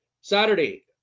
Saturday